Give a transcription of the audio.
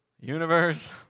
universe